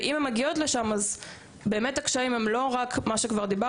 ואם הן מגיעות לשם אז הקשיים הם לא רק מה שדיברנו